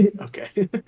Okay